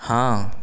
हाँ